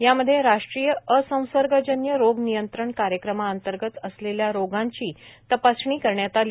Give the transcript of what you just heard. यामध्ये राष्ट्रीय असंसर्गजन्य रोग नियंत्रण कार्यक्रमांतर्गत असलेल्या रोगांची तपासणी करण्यात आली